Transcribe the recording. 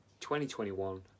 2021